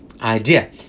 idea